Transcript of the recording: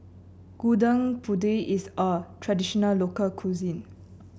Gudeg Putih is a traditional local cuisine